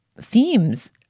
themes